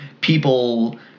people